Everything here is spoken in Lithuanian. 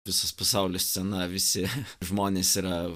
visas pasaulis scena visi žmonės yra